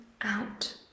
out